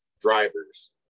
drivers